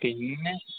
പിന്നെ